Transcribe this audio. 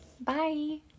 Bye